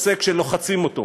עושה כשלוחצים אותו: